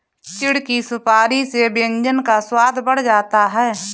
चिढ़ की सुपारी से व्यंजन का स्वाद बढ़ जाता है